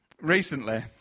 recently